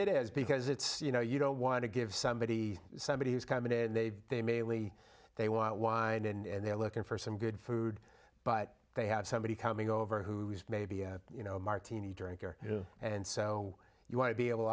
it is because it's you know you don't want to give somebody somebody who's come in and they they mainly they want wine and they're looking for some good food but they have somebody coming over who's maybe you know a martini drinker you know and so you want to be able